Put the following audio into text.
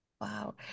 Wow